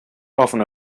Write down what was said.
often